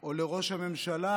או לראש הממשלה,